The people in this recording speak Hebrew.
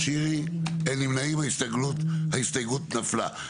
רוב גדול ההסתייגות לא התקבלה.